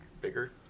bigger